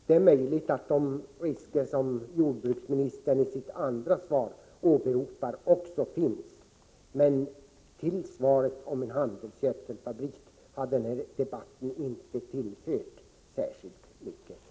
Det är möjligt att de risker som jordbruksministern i sitt andra inlägg åberopar också finns. Men det här svaret har inte tillfört debatten om en handelsgödselfabrik särskilt mycket.